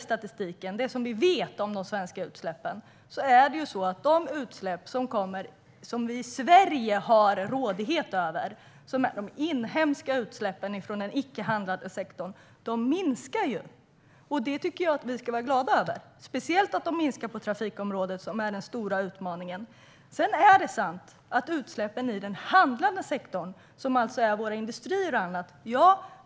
Statistiken - det vi vet om de svenska utsläppen - visar att de utsläpp som vi i Sverige råder över, de inhemska utsläppen från den icke-handlande sektorn, minskar. Det tycker jag att vi ska vara glada över, och speciellt att de minskar på trafikområdet, som är den stora utmaningen. Sedan är det sant att utsläppen ökar i den handlande sektorn, alltså våra industrier och annat.